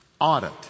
audit